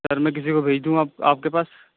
سر میں کسی کو بھیج دوں گا آپ آپ کے پاس